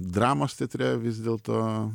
dramos teatre vis dėlto